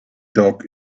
dog